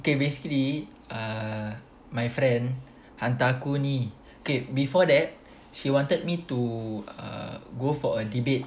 okay basically err my friend hantar aku ni okay before that she wanted me to go for a debate